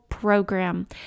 Program